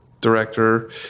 director